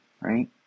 right